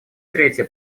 трети